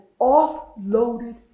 offloaded